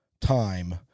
time